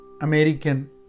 American